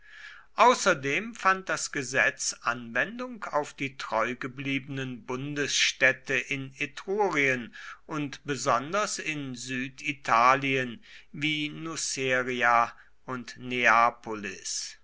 außerdem fand das gesetz anwendung auf die treugebliebenen bundesstädte in etrurien und besonders in süditalien wie nuceria und